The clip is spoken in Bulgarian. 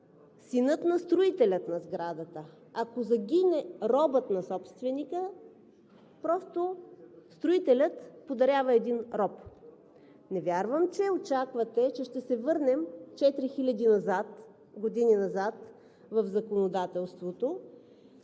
синът на строителя на сградата се наказва със смърт. Ако загине робът на собственика, просто строителят подарява един роб. Не вярвам, че очаквате, че ще се върнем 4000 години назад в законодателството.